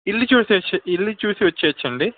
ఇల్లు చూసి వచ్చేయచ్చు ఇల్లు చూసి వచ్చేయచ్చు అండి